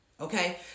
Okay